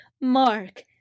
Mark